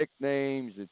nicknames